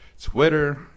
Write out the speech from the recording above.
Twitter